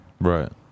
Right